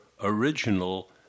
original